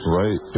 right